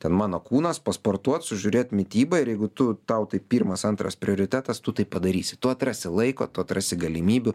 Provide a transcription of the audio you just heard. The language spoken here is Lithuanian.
ten mano kūnas pasportuot sužiūrėt mitybą ir jeigu tu tau tai pirmas antras prioritetas tu taip padarysi tu atrasi laiko tu atrasi galimybių